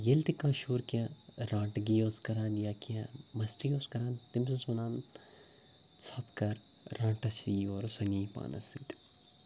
ییٚلہِ تہِ کانٛہہ شُر کینٛہہ رانٛڈٕگی اوس کَران یا کینٛہہ مَستی اوس کَران تٕمِس اوس وَنان ژۄپہٕ کَر رانٛٹَس یی اورٕ سۄا نیہِ پانَس سۭتۍ